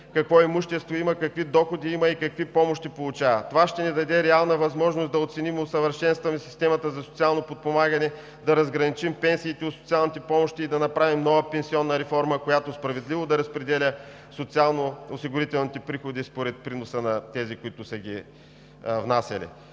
какво имущество има, какви доходи има и какви помощи получава. Това ще ни даде реална възможност да оценим и усъвършенстваме системата за социално подпомагане, да разграничим пенсиите от социалните помощи и да направим нова пенсионна реформа, която справедливо да разпределя социалноосигурителните приходи според приноса на тези, които са ги внасяли.